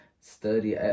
study